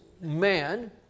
man